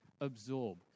absorb